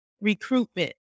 recruitment